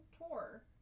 tour